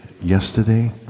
yesterday